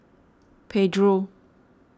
Pedro